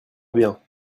bien